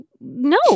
no